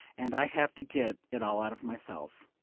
and i have to get it all out of myself.